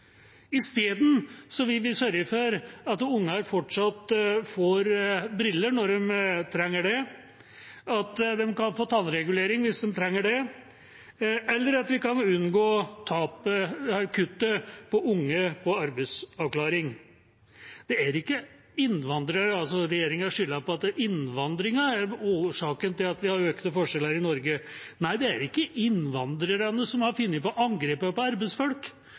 Isteden vil vi sørge for at unger fortsatt får briller når de trenger det, at de kan få tannregulering hvis de trenger det, eller at vi kan unngå kuttet til unge på arbeidsavklaring. Regjeringa skylder på innvandringen som årsaken til at vi har økte forskjeller i Norge. Nei, det er ikke innvandrerne som har funnet på angrepet på arbeidsfolk.